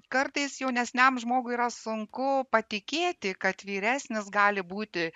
kartais jaunesniam žmogui yra sunku patikėti kad vyresnis gali būti